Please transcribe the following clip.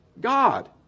God